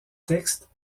texte